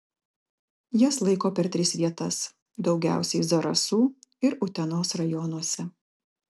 jas laiko per tris vietas daugiausiai zarasų ir utenos rajonuose